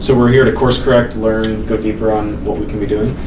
so we're here to course correct, learn, go deeper on what we can be doing.